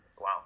Wow